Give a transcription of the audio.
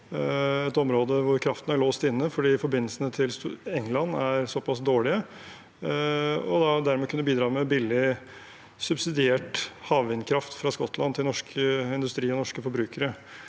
et område hvor kraften er låst inne fordi forbindelsene til England er såpass dårlige, og dermed kunne bidra med billig, subsidiert havvindkraft fra Skottland til norsk industri og norske forbrukere.